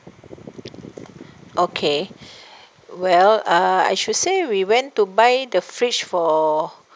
okay well uh I should say we went to buy the fridge for